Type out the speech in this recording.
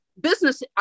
business